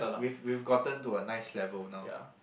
we've we've gotten to a nice level now